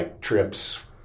trips